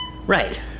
Right